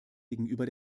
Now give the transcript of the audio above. gegenüber